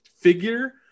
figure